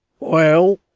well?